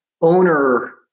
owner